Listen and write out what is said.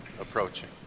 approaching